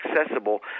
accessible